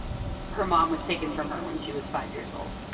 her mom was taken from her when she was five years old.